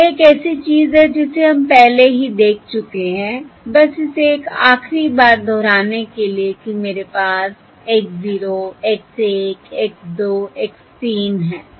और यह एक ऐसी चीज है जिसे हम पहले ही देख चुके हैं बस इसे एक आखिरी बार दोहराने के लिए कि मेरे पास X 0 X 1 X 2 X 3 है